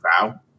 Vow